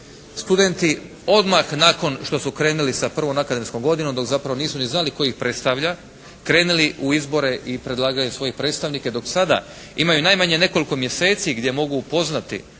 studenti odmah nakon što su krenuli sa prvom akademskom godinom, dok zapravo nisu ni znali tko ih predstavlja krenuli u izbore i predlagali svoje predstavnike, dok sada imaju najmanje nekoliko mjeseci gdje mogu upoznati